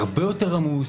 הוא הרבה יותר עמוס,